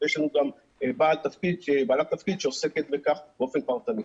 ויש לנו גם בעלת תפקיד שעוסקת בכך באופן פרטני.